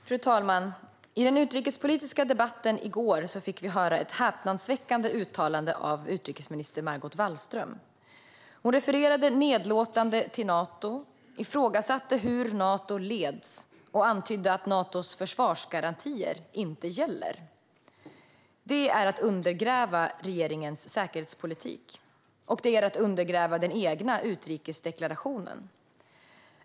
Fru talman! I den utrikespolitiska debatten i går fick vi höra ett häpnadsväckande uttalande av utrikesminister Margot Wallström. Hon refererade nedlåtande till Nato, ifrågasatte hur Nato leds och antydde att Natos försvarsgarantier inte gäller. Det här är att undergräva regeringens säkerhetspolitik, och det är att undergräva den egna utrikesdeklarationen.